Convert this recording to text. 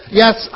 yes